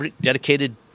dedicated